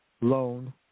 loan